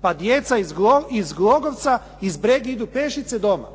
pa djeca iz Glogovca i iz Bregi idu pješice doma.